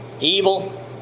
evil